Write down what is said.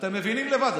אתם מבינים לבד.